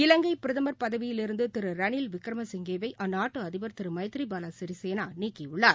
இலங்கைபிரதமர் பதவியிலிருந்துதிருரணில் விக்ரமசிங்கே யைஅந்நாட்டுஅதிபர் திருமைதிரிபாலசிறிசேனாநீக்கியுள்ளார்